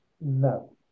no